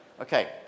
Okay